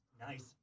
Nice